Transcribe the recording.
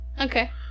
Okay